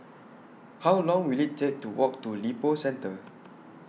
How Long Will IT Take to Walk to Lippo Centre